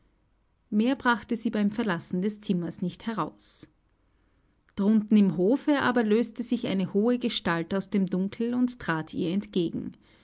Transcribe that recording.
mehr brachte sie beim verlassen des zimmers nicht heraus drunten im hofe aber löste sich eine hohe gestalt aus dem dunkel und trat ihr entgegen